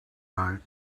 night